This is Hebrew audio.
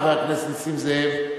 חבר הכנסת נסים זאב,